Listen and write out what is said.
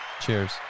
Cheers